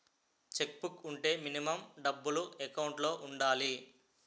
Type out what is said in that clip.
Check book వుంటే minimum డబ్బులు account లో ఉండాలి?